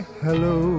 hello